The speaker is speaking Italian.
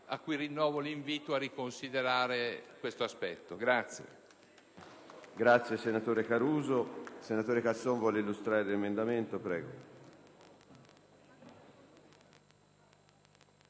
a cui rinnovo l'invito a riconsiderare questo aspetto.